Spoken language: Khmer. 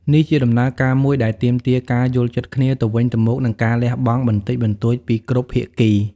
នេះជាដំណើរការមួយដែលទាមទារការយល់ចិត្តគ្នាទៅវិញទៅមក និងការលះបង់បន្តិចបន្តួចពីគ្រប់ភាគី។